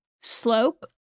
slope